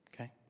Okay